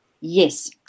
Yes